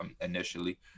initially